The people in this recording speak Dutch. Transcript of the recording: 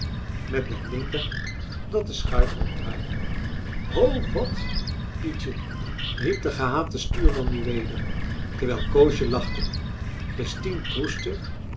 met den linker dat de schuit ronddraaide ho wat pietje riep de gehate stuurman nu weder terwijl koosje lachte christien proestte